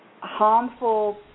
harmful